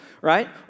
right